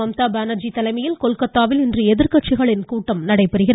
மம்தா பானர்ஜி தலையில் கொல்கத்தாவில் இன்று எதிர்க்கட்சிகளின் கூட்டம் நடைபெறுகிறது